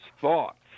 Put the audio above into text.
thoughts